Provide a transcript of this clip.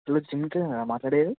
hello gym ట్రైనరా మాట్లాడేది